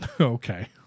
Okay